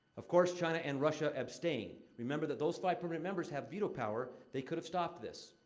of course, china and russia abstain. remember that those five permanent members have veto power. they could have stopped this.